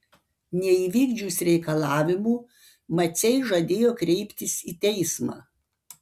neįvykdžius reikalavimų maciai žadėjo kreiptis į teismą